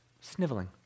sniveling